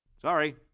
sorry.